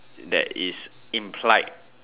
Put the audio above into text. that is implied